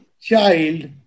child